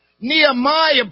Nehemiah